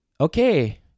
okay